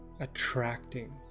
attracting